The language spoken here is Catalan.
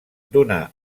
donar